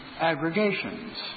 aggregations